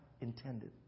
intended